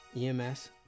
EMS